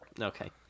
Okay